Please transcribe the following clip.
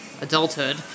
adulthood